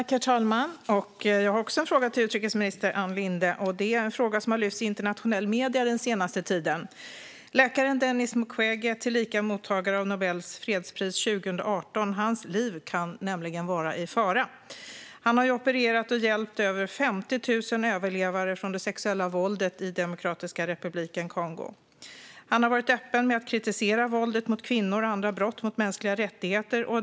Herr talman! Jag har också en fråga till utrikesminister Ann Linde. Det är en fråga som har lyfts fram i internationella medier den senaste tiden. Det handlar om läkaren Denis Mukwege, mottagare av Nobels fredspris 2018. Hans liv kan nämligen vara i fara. Han har opererat och hjälpt över 50 000 överlevare från det sexuella våldet i Demokratiska republiken Kongo. Han har varit öppen med att kritisera våldet mot kvinnor och andra brott mot mänskliga rättigheter.